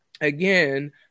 Again